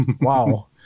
Wow